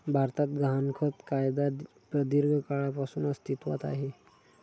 भारतात गहाणखत कायदा प्रदीर्घ काळापासून अस्तित्वात आहे